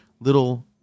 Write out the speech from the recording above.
little